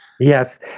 Yes